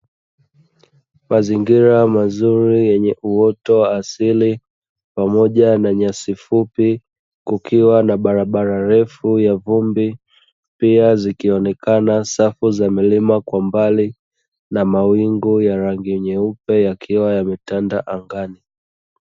Mazingira mazuri yenye uoto wa asili pamoja na nyasi fupi, kukiwa na barabara refu ya vumbi, pia zikionekana safu za milima kwa mbali, na mawingu ya rangi nyeupe yakiwa yametanda angani.